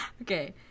Okay